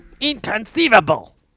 Inconceivable